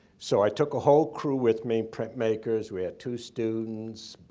so i took a whole crew with me, printmakers. we had two students,